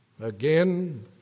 Again